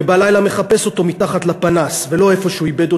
ובלילה מחפש אותו מתחת לפנס ולא איפה שהוא איבד אותו,